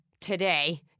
today